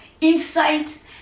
insight